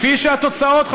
כפי שהתוצאות מוכיחות,